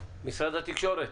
משרד התקשורת,